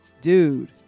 Dude